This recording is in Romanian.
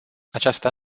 aceasta